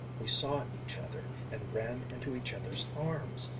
we saw each other and ran into each other's arms,